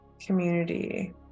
community